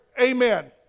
Amen